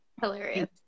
Hilarious